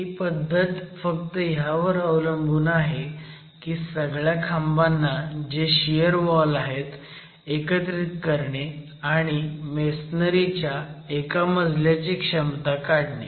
ही पद्धत फक्त ह्यावर अवलंबून आहे की सगळ्या खांबांना जे शियर वॉल आहेत एकत्रित करणे आणि मेसनरी च्या एका मजल्याची क्षमता काढणे